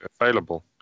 available